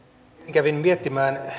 kävin miettimään